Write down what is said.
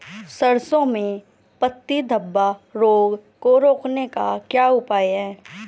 सरसों में पत्ती धब्बा रोग को रोकने का क्या उपाय है?